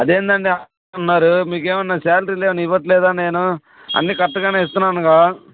అదేంటి అండి అలా అంటున్నారు మీకు ఏమైనా శాలరీలేమీ ఇవ్వట్లేదా నేను అన్నీ కరెక్ట్గానే ఇస్తున్నానుగా